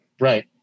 right